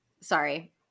sorry